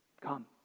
Come